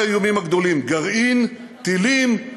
האיומים הגדולים: גרעין, טילים,